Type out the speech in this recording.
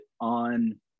on